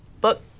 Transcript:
book